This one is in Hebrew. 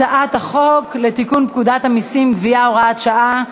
הצעת החוק לתיקון פקודת המסים (גבייה) (הוראת שעה),